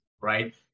right